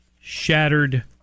shattered